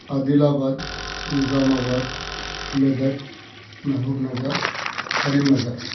عادل آباد Nizamabad Medak Mahbubnagar کریم نگر